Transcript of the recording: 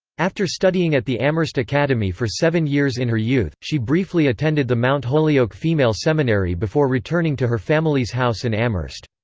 after studying at the amherst academy for seven years in her youth, she briefly attended the mount holyoke female seminary before returning to her family's house in amherst.